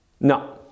No